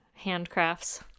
handcrafts